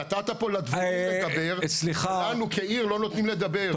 נתת פה לאחרים לדבר ולנו כעיר לא נותנים לדבר,